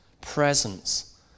presence